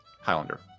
Highlander